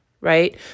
right